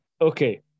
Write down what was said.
Okay